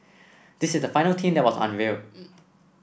this is the final team that was unveiled